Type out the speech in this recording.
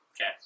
Okay